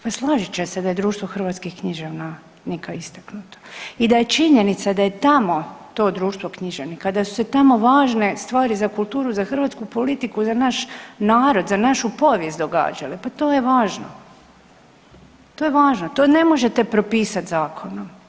Pa složit će se da je Društvo hrvatskih književnika istaknuto i da je činjenica da je tamo to društvo književnika, da su se tamo važne stvari za kulturu, za hrvatsku politiku i za naš narod, za našu povijest događale. pa to je važno. to je važno, to ne možete propisati zakonom.